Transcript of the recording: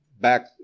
back